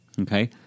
Okay